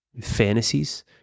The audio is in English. fantasies